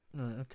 okay